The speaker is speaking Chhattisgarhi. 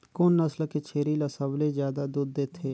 कोन नस्ल के छेरी ल सबले ज्यादा दूध देथे?